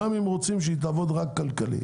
גם אם רוצים שהיא תעבוד רק כלכלית.